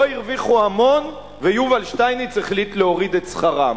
הרוויחו המון ויובל שטייניץ החליט להוריד את שכרם,